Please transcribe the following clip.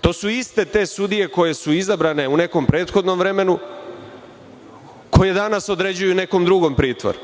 To su iste te sudije koje su izabrane u nekom prethodnom vremenu, koje danas određuju nekom drugom pritvor.